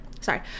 Sorry